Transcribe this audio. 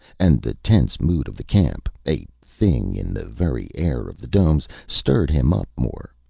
and the tense mood of the camp a thing in the very air of the domes stirred him up more.